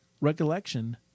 recollection